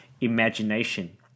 imagination